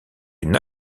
une